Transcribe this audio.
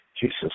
Jesus